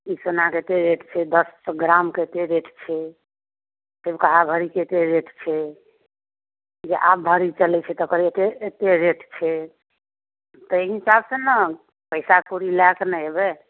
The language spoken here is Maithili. ई सोना कतेक रेट छै दस ग्राम कतेक रेट छै पहिलका भरी कतेक रेट छै जे आब भरी चलै छै तकर एतेक एतेक रेट छै ताहि हिसाबसँ ने पैसा कौड़ी लए कऽ ने एबै